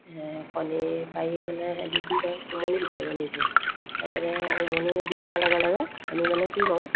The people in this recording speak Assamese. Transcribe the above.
কণী পাৰি মানে হেৰি কি কয় উমনি বিচাৰিব নিজে তাৰপিছতে উমনি বিচৰাৰ লগে লগে আমি মানে কি কওঁ